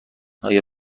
آیا